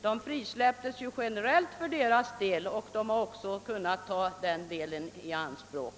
De frisläpptes generellt för denna industri, som också har kunnat ta dem i anspråk.